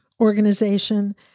organization